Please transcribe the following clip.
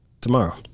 tomorrow